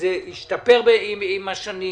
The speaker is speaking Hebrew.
שזה ישתפר עם השנים.